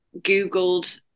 googled